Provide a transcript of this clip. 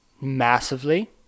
massively